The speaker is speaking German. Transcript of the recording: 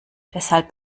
deshalb